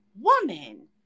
woman